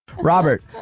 Robert